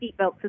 seatbelts